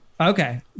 Okay